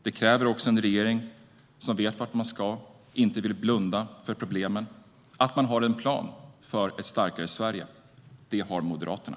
Det kräver också en regering som vet vart man ska och som inte vill blunda för problemen. Och det krävs att man har en plan för ett starkare Sverige. Det har Moderaterna.